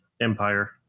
Empire